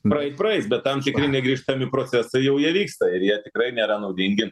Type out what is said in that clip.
praeit praeis bet tam tikri negrįžtami procesai jau jie vyksta ir jie tikrai nėra naudingi